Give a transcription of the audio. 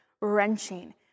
wrenching